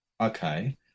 okay